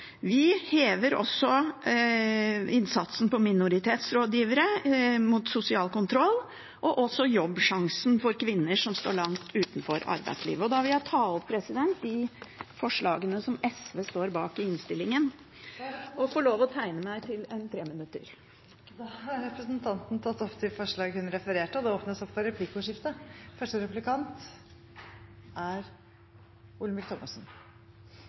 på minoritetsrådgivere og mot sosial kontroll, og vi styrker også Jobbsjansen for kvinner som står langt utenfor arbeidslivet. Jeg vil ta opp forslagene SV står bak i innstillingen, Representanten Karin Andersen har tatt opp de forslagene hun refererte til. Det blir replikkordskifte. Representanten